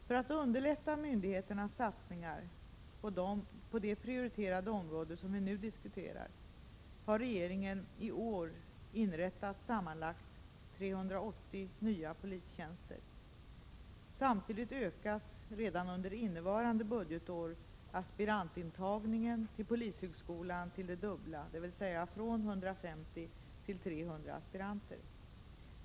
För att underlätta myndigheternas satsningar på det prioriterade område vi nu diskuterar har regeringen i år inrättat sammanlagt 380 nya polistjänster. Samtidigt ökas redan under innevarande budgetår aspirantantagningen till polishögskolan till det dubbla, dvs. från 150 till 300 aspiranter.